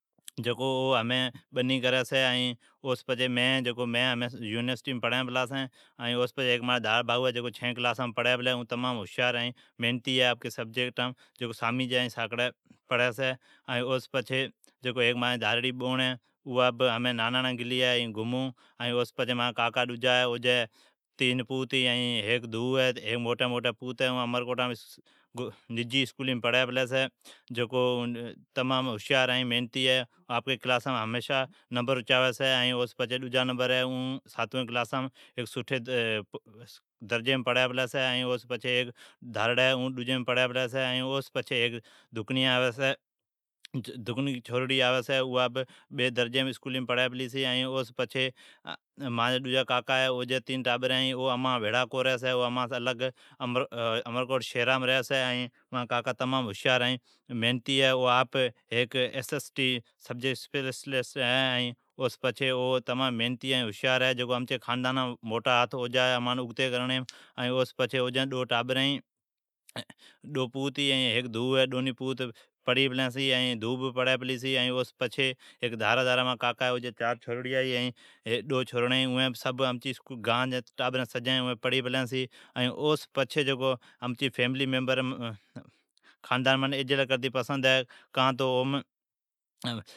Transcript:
جکو اون بنی کری چھی۔ ائین مین یونیسٹی پڑین پلا ائی مانس مانجی دھاری بھائو ہے اون چھین کلاسام پڑی پلی ائین محنتی ائین ھوشیار ہے آپکی سبجیکٹام ائین سامیجی، ساکڑی پرھی چھی ائی او سون پچھی مانجی دھاری بوڑ ہے اوا ھمین گلی ہے ناناڑین گھمون۔ ائین او سون پچھی مانجا دھارا کاکا ہے او جی تین پوت ھی ائین ھیک دھو ہے۔ موٹی موٹی پوت ہے اون ڈجی اسکولیم پڑھی پلی ڈاڈھی ھوشیار ائین محنتی ہے ائین سدائین سٹھی نمبر چاوی چھی۔ او سون دھاری اون ساتوین درجیم پڑھی پلی ائین او سون پچھی دھارڑی اون ڈجی درجیم پڑھی پلی ائین او سون پچھی دھکنکی چھورڑی اوی چھیی اواڈجی درجیم پڑھی پلی۔ ائین او سون پچھی مانجا ڈجا کاکا اویچھی او جین تین ٹابرین ھی، ائین او امرکوٹام ری چھی او امان بھیڑا کونی رھی چھی ائین او ڈاڈھا محنتی ہے ائین سبجیکٹ اسپیشلسٹ ہے۔ ائین امچی خاندانان اگتا کرڑیم موٹا ھتھ او جا ہے۔ ائین او سون پچھی او جی ڈو پوت ھی ائی ھیک دھو ہے اوین پڑھی پلین۔ او سون پچھی مانجا دھارا کاکا ہے او جیا چار دھوئا ھی ائین ڈو چھورڑین ھی۔ امچی گان جین ٹابرین پپڑی پلین۔ ائین او و پچھی منین خاندانن او سون کرتی پسند ہے۔